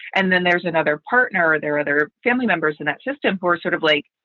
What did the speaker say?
and then there's another partner or there other family members. and that system for sort of like,